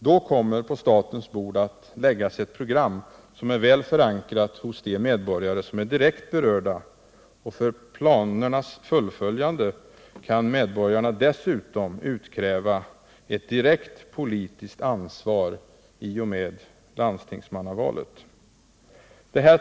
Då kommer att på statens bord läggas ett program som är väl förankrat hos de medborgare som är direkt berörda, och för planernas fullföljande kan medborgarna dessutom utkräva ett direkt politiskt ansvar i och med landstingsmannavalet.